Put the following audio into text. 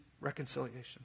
Reconciliation